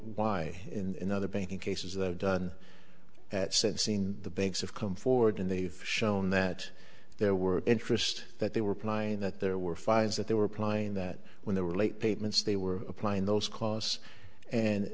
why in other banking cases that are done at sensing the banks have come forward and they've shown that there were interest that they were applying that there were fires that they were applying that when they were late payments they were applying those costs and